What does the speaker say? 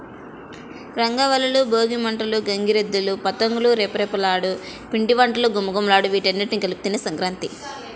రంగవల్లులు, భోగి మంటలు, గంగిరెద్దులు, పతంగుల రెపరెపలు, పిండివంటల ఘుమఘుమలు వీటన్నింటి కలబోతే సంక్రాంతి